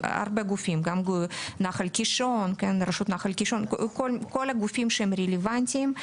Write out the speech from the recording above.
רשות נחל הקישון ועוד הרבה גופים רלוונטיים.